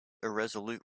irresolute